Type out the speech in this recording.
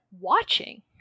watching